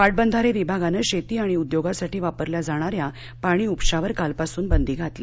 पाटबंधारे विभागानं शेती आणि उद्योगासाठी वापरल्या जाणाऱ्या पाणी उपशावर कालपासून बंदी घातली